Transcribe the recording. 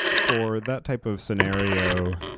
for that type of scenario,